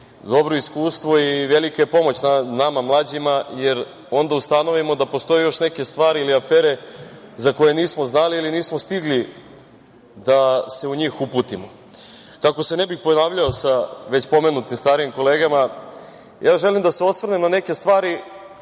dobro iskustvo i velika je pomoć nama mlađima, jer onda ustanovimo da postoji još neke stvari ili afere za koje nismo znali ili nismo stigli da se u njih uputimo. Kako se ne bih ponavljao, sa već pomenutim starijim kolegama, ja želim da se osvrnem na neke stvari